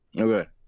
Okay